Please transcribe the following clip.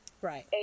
Right